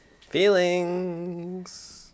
Feelings